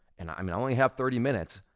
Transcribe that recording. and i mean, i only have thirty minutes,